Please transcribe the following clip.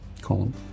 column